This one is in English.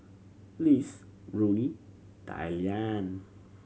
Lise Ronnie Dyllan